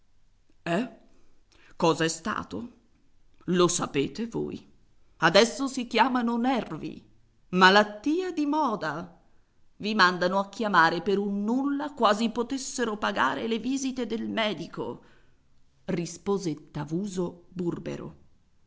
eh cos'è stato lo sapete voi adesso si chiamano nervi malattia di moda i mandano a chiamare per un nulla quasi potessero pagare le visite del medico rispose tavuso burbero